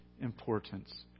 importance